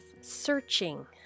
searching